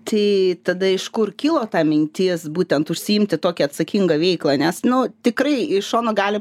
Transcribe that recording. tai tada iš kur kilo ta mintis būtent užsiimti tokią atsakingą veiklą nes nu tikrai iš šono gali